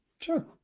Sure